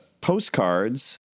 postcards